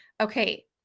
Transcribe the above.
okay